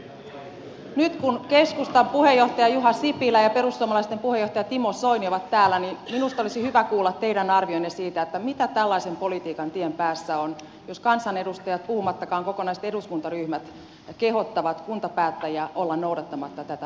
nyt kun keskustan puheenjohtaja juha sipilä ja perussuomalaisten puheenjohtaja timo soini ovat täällä niin minusta olisi hyvä kuulla teidän arvionne siitä mitä tällaisen politiikan tien päässä on jos kansanedustajat puhumattakaan kokonaiset eduskuntaryhmät kehottavat kuntapäättäjiä olemaan noudattamatta tätä lakia